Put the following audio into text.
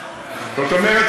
כלומר,